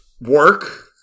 Work